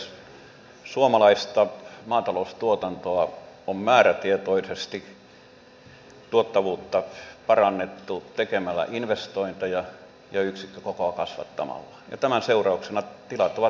suomalaisen maataloustuotannon tuottavuutta on määrätietoisesti parannettu tekemällä investointeja ja yksikkökokoa kasvattamalla ja tämän seurauksena tilat ovat velkaantuneet